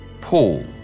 Paul